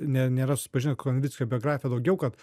nė nėra susipažinę su konvickio biografija daugiau kad